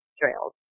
trails